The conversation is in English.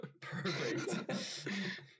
perfect